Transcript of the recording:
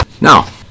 Now